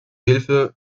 hilfe